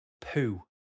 poo